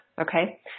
okay